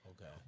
Okay